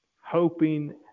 hoping